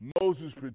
Moses